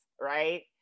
right